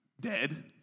dead